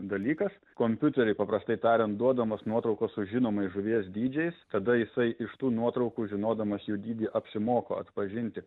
dalykas kompiuteriui paprastai tariant duodamos nuotraukos su žinomais žuvies dydžiais tada jisai iš tų nuotraukų žinodamas jų dydį apsimoko atpažinti